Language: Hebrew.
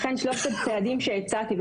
לכן שלושת הצעדים שהצעתי,